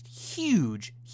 Huge